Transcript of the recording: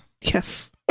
Yes